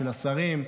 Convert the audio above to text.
של השרים,